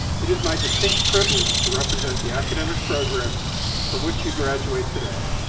it is my distinct privilege to represent the academic programs from which you graduate today.